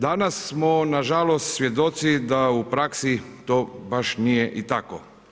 Danas smo nažalost svjedoci da u praksi to baš nije i tako.